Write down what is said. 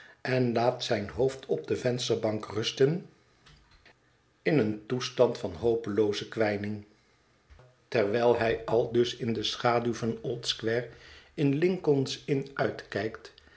en laat zijn hoofd op de vensterbank rusten in een toestand van hopelooze kwijning terwijl hij aldus in de schaduw van oldsquare in lincoln's inn uitkijkt